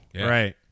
Right